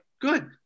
good